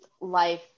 life